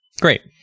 Great